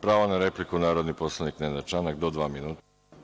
Pravo na repliku narodni poslanik Nenad Čanak, do dva minuta.